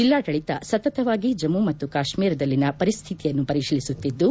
ಜಿಲ್ಲಾಡಳಿತ ಸತತವಾಗಿ ಜಮ್ನು ಮತ್ತು ಕಾಶ್ಮೀರದಲ್ಲಿನ ಪರಿಸ್ತಿತಿಯನ್ನು ಪರಿಶೀಲಿಸುತ್ತಿದ್ದು